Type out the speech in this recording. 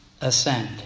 ascend